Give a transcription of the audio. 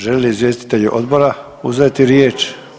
Žele li izvjestitelji odbora uzeti riječ?